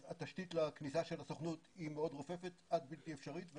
התשתית לכניסה של הסוכנות מאוד רופפת עד בלתי אפשרית.